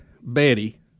Betty